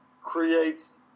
creates